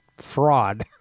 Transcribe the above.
fraud